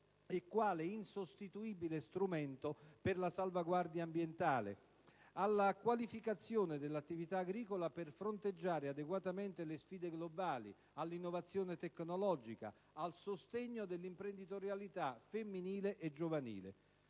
e quale insostituibile strumento di salvaguardia ambientale, alla qualificazione dell'attività agricola per fronteggiare adeguatamente le sfide globali, all'innovazione tecnologica e al sostegno all'imprenditorialità femminile e giovanile.